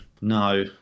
no